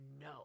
no